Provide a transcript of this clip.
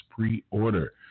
Pre-order